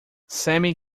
sammy